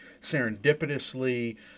serendipitously